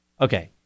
okay